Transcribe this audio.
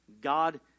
God